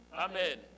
Amen